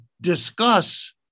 discuss